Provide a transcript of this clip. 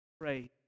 Pray